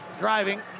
driving